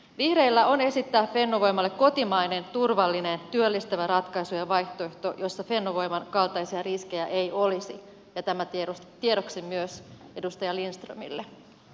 vihreillä on esittää fennovoimalle kotimainen turvallinen työllistävä ratkaisu ja vaihtoehto jossa fennovoiman kaltaisia riskejä ei olisi ja tämä tiedoksi myös edustaja lindströmille